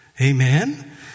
amen